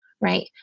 right